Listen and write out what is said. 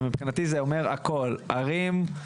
מבחינתי זה אומר הכול: הרים,